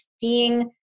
seeing